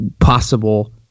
possible –